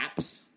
apps